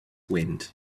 wind